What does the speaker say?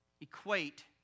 equate